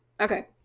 okay